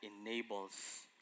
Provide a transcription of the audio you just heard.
enables